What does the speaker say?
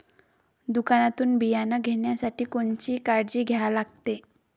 दुकानातून बियानं घेतानी कोनची काळजी घ्या लागते?